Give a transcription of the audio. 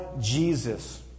Jesus